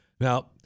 Now